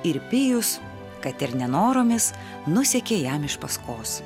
ir pijus kad ir nenoromis nusekė jam iš paskos